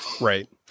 Right